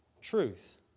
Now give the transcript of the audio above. truth